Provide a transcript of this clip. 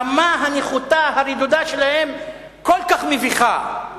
הרמה הנחותה הרדודה שלהם כל כך מביכה,